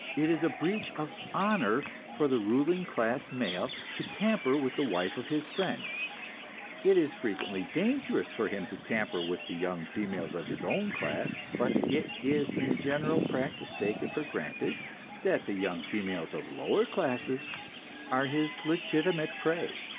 it is a breach of honor for the ruling class male to tamper with the wife of his friend it is frequently dangerous for him to tamper with the young females of his own class but it is in general practice taken for granted that the young females of lower classes are his legitimate prey.